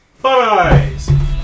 Bye